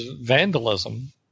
vandalism